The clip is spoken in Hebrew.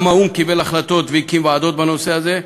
גם האו"ם קיבל החלטות והקים ועדות בנושא הזה.